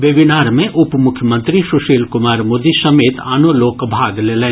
webinar मे उपमुख्यमंत्री सुशील कुमार मोदी समेत आनो लोक भाग लेलनि